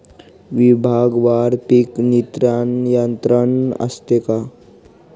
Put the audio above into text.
विभागवार पीक नियंत्रण यंत्रणा असते का?